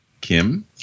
Kim